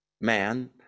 man